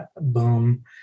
boom